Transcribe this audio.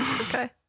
Okay